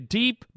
deep